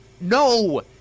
No